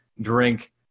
drink